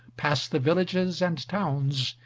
pass the villages and towns,